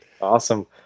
Awesome